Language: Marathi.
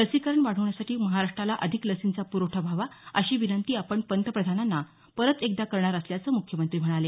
लसीकरण वाढवण्यासाठी महाराष्ट्राला अधिक लसींचा प्रवठा व्हावा अशी विनंती आपण पंतप्रधानांना परत एकदा करणार असल्याचं मुख्यमंत्री म्हणाले